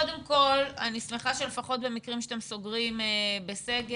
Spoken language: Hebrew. אני שמחה שלפחות במקרים שאתם סוגרים בסגר,